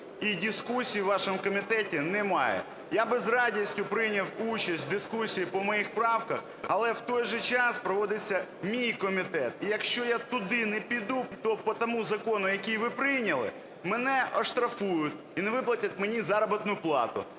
і дискусії у вашому комітеті немає. Я би з радістю прийняв участь в дискусії по моїх правках, але в той же час проводиться мій комітет. І якщо я туди не піду, то по тому закону, який ви прийняли, мене оштрафують і не виплатять мені заробітну плату.